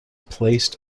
placed